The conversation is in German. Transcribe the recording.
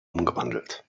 umgewandelt